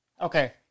Okay